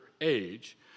age